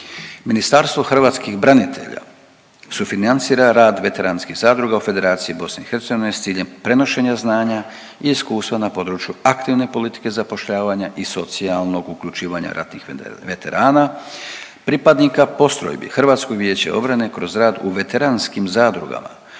Ministarstvo hrvatskih branitelja sufinancira rad Veteranskih zadruga u Federaciji BiH s ciljem prenošenja znanja i iskustva na području aktivne politike zapošljavanja i socijalnog uključivanja ratnih veterana, pripadnika postrojbi HVO-a kroz rad u veteranskih zadrugama.